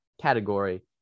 category